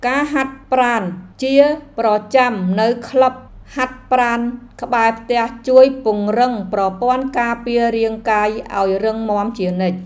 ការហាត់ប្រាណជាប្រចាំនៅក្លឹបហាត់ប្រាណក្បែរផ្ទះជួយពង្រឹងប្រព័ន្ធការពាររាងកាយឱ្យរឹងមាំជានិច្ច។